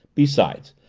besides,